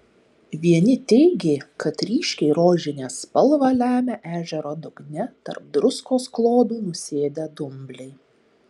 vieni teigė kad ryškiai rožinę spalvą lemia ežero dugne tarp druskos klodų nusėdę dumbliai